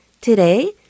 Today